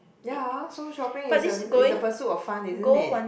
ya so shopping is a is a pursuit of fun isn't it